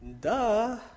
Duh